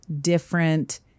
different